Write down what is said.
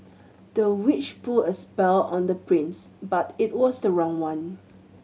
the witch put a spell on the prince but it was the wrong one